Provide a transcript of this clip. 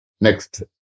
Next